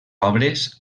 obres